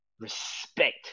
respect